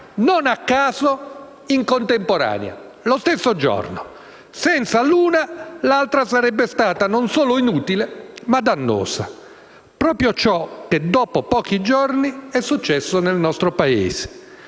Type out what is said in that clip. non a caso - in contemporanea, lo stesso giorno. Senza l'una, l'altra sarebbe stata non solo inutile, ma dannosa. Lo si è visto dopo pochi giorni con quello che è successo nel nostro Paese.